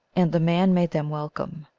and the man made them welcome,